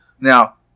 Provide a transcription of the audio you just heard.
Now